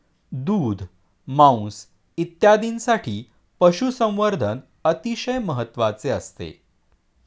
दूध, मांस इत्यादींसाठी पशुसंवर्धन अतिशय महत्त्वाचे असते